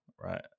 right